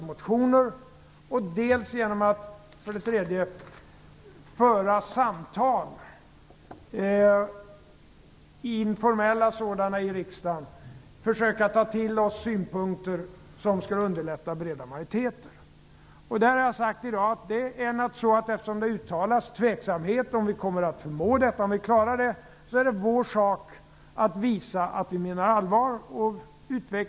Det skall vi göra genom kontakter innan propositionerna läggs fram, genom att studera oppositionens motioner och genom att föra informella samtal i riksdagen. Eftersom det uttalas tvivel om att vi kommer att förmå detta är det vår sak att visa att vi menar allvar. Det har jag sagt i dag.